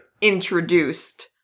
introduced